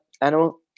animal